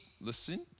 listen